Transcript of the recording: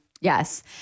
yes